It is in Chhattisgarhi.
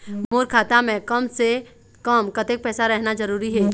मोर खाता मे कम से से कम कतेक पैसा रहना जरूरी हे?